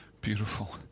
Beautiful